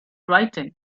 writing